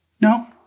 No